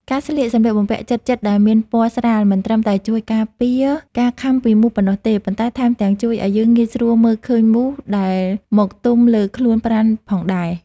ការស្លៀកសម្លៀកបំពាក់ជិតៗដែលមានពណ៌ស្រាលមិនត្រឹមតែជួយការពារការខាំពីមូសប៉ុណ្ណោះទេ ប៉ុន្តែថែមទាំងជួយឱ្យយើងងាយស្រួលមើលឃើញមូសដែលមកទុំលើខ្លួនប្រាណផងដែរ។